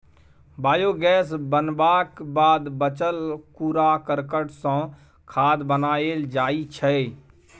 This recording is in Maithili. बायोगैस बनबाक बाद बचल कुरा करकट सँ खाद बनाएल जाइ छै